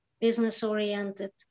business-oriented